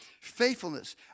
Faithfulness